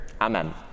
amen